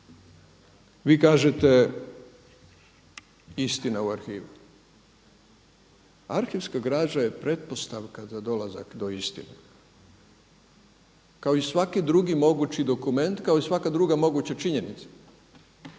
vi kažete istina o arhivu. Arhivska građa je pretpostavka za dolazak do istine kao i svaki drugi mogući dokument, kao i svaka druga moguća činjenica.